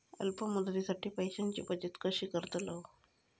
अल्प मुदतीसाठी पैशांची बचत कशी करतलव?